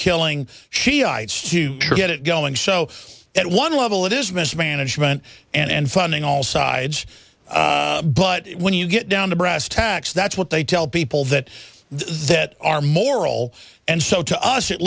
killing shiites to get it going so at one level it is mismanagement and funding all sides but when you get down to brass tacks that's what they tell people that that are moral and so to us it